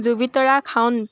জুবিতৰা খাউন